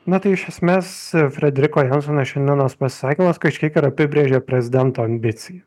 na tai iš esmes frederiko jansono šiandienos pasisakymas kažkiek ir apibrėžia prezidento ambiciją